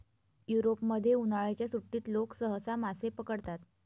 युरोपमध्ये, उन्हाळ्याच्या सुट्टीत लोक सहसा मासे पकडतात